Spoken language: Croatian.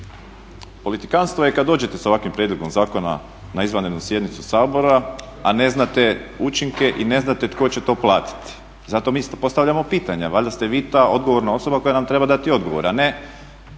Politikantstvo je kada dođete sa ovakvim prijedlogom zakona na izvanrednu sjednicu Sabora, a ne znate učinke i ne znate tko će to platiti. Zato mi postavljamo pitanja, valjda ste vi ta odgovorna osoba koja nam treba dati odgovore, a ne